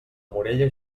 morella